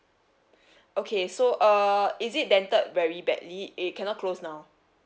okay so uh is it dented very badly it cannot close now